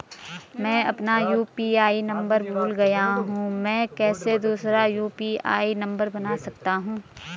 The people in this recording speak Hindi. मैं अपना यु.पी.आई नम्बर भूल गया हूँ मैं कैसे दूसरा यु.पी.आई नम्बर बना सकता हूँ?